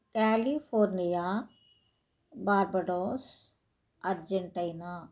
California Barbados Argentina